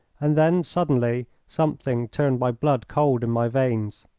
and then, suddenly, something turned my blood cold in my veins.